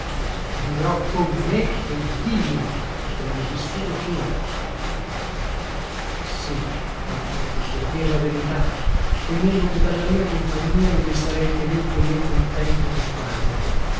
vivrò con me e di me come ho vissuto finora sì ma ecco per dir la verità temevo che della mia compagnia non mi sarei tenuto né contento né pago